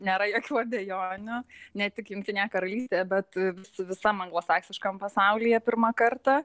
nėra jokių abejonių ne tik jungtinėje karalystėje bet su visam anglosaksiškam pasaulyje pirmą kartą